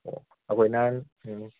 ꯑꯣ ꯑꯩꯈꯣꯏ ꯅꯍꯥꯟ ꯎꯝ